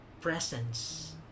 presence